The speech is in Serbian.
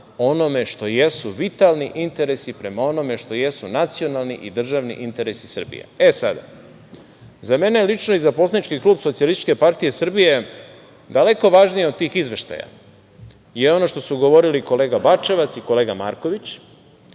onome što jesu vitalni interesi, prema onome što jesu nacionalni i državni interesi Srbije.Za mene je lično i za poslanički klub Socijalistička partija Srbije daleko važnije od tih izveštaja ono što su govorili kolega Bačevac i kolega Marković,